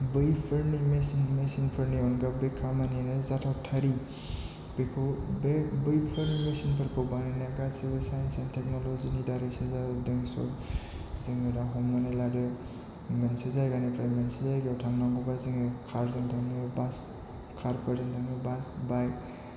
बैफोरनो मेसिनफोरनि अनगा बे खामानियानो जाथावथारै बेखौ बैफोर मेसिनफोरखौ बानायनाया गासैबो सायन्स एन्ड टेकन'लजिनि दारैसो जाबोदों स' जोङो दा हमनानै लादो मोनसे जायगानिफ्राय मोनसे जायगायाव थांनांगौब्ला जोङो कारजों थाङो बास कारफोरजों थाङो बास बाइक